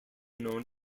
known